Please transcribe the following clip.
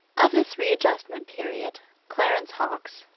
of this readjustment period, clarence hawkes,